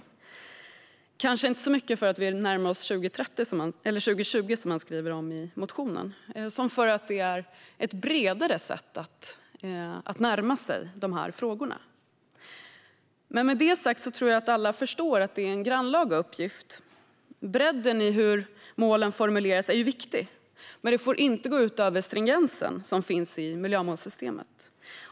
Det är kanske inte så mycket för att vi närmar oss 2020, som man skriver om i motionen, som för att det är ett bredare sätt att närma sig dessa frågor. Men med det sagt tror jag att alla förstår att detta är en grannlaga uppgift. Bredden i hur målen formuleras är viktig, men det får inte gå ut över den stringens som finns i miljömålssystemet.